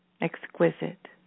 exquisite